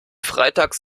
freitags